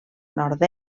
nord